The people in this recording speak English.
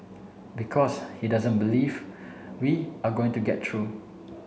because he doesn't believe we are going to get true